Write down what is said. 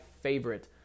favorite